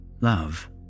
Love